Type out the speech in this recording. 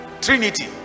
Trinity